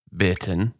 bitten